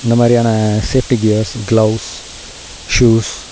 இந்த மாதிரியான safety gears gloves shoes